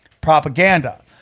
propaganda